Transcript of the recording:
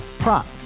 Prop